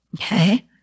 Okay